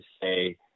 say